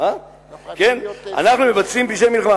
"אנחנו מבצעים פשעי מלחמה.